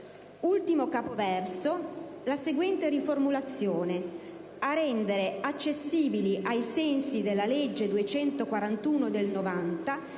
ne propone la seguente riformulazione: «a rendere accessibili, ai sensi della legge n. 241 del 1990,